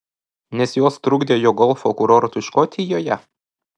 nes jos trukdė jo golfo kurortui škotijoje